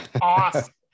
awesome